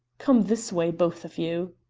come this way, both of you.